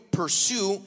pursue